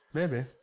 maybe.